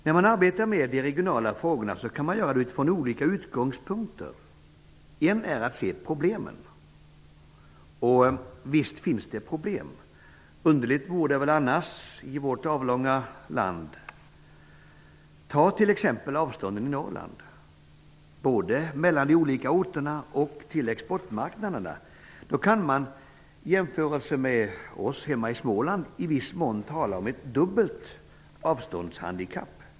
Man kan arbeta med de regionala frågorna utifrån olika utgångspunkter. En utgångspunkt är att se problemen. Och visst finns det problem. Underligt vore det väl annars i vårt avlånga land. Ta t.ex. avstånden i Norrland, både mellan de olika orterna och till exportmarknaderna. Där kan man, i jämförelse med hemma i Småland, i viss mån tala om ett dubbelt avståndshandikapp.